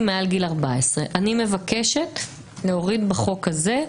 מעל גיל 14. אני מבקשת להוריד בחוק הזה,